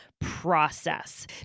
process